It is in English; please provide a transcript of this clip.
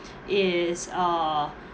is a